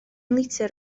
litr